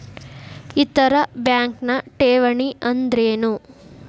ಇತರ ಬ್ಯಾಂಕ್ನ ಠೇವಣಿ ಅನ್ದರೇನು?